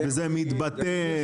וזה מתבטא.